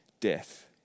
death